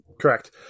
Correct